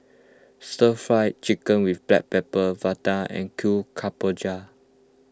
Stir Fry Chicken with Black Pepper Vadai and Kuih Kemboja